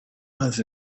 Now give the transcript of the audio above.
has